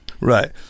Right